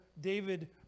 David